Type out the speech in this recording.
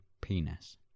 penis